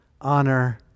honor